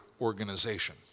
organization